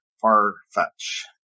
far-fetched